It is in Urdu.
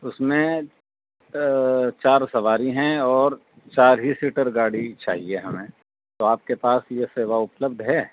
تو اس میں چار سواری ہیں اور چار ہی سیٹر گاڑی چاہیے ہمیں تو آپ کے پاس یہ سیوا اپلبدھ ہے